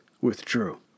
withdrew